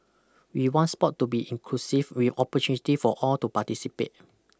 we want sport to be inclusive with opportunities for all to participate